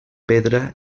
pedra